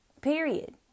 Period